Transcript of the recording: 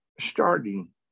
starting